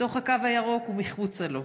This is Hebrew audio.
בתוך הקו הירוק ומחוצה לו,